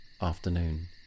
afternoon